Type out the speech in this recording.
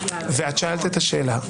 שאלת את השאלה,